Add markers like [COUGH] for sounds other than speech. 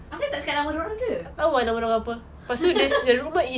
asal tak cakap nama dia orang sahaja [LAUGHS]